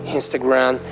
Instagram